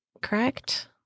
correct